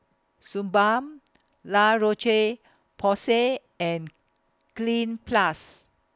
Suu Balm La Roche Porsay and Cleanz Plus